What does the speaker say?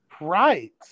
Right